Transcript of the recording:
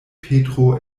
petro